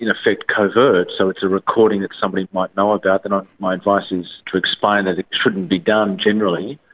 effective covert, so it's a recording that somebody mightn't know about, then ah my advice is to explain that it shouldn't be done generally,